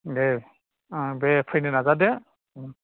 दे अह बे फैनो नाजादो उम